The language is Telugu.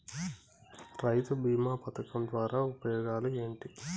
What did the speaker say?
రైతు బీమా పథకం ద్వారా ఉపయోగాలు ఏమిటి?